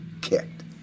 kicked